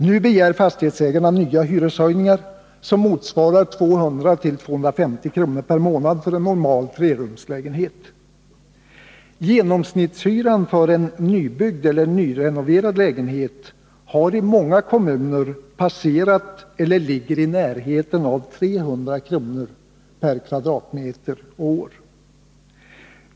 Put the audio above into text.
Nu begär fastighetsägarna nya hyreshöjningar som motsvarar 200-250 kr. per månad för en normal trerumslägenhet. Genomsnittshyran för en nybyggd eller nyrenoverad lägenhet har i många kommuner passerat eller ligger i närheten av 300 kr. per kvadratmeter och år.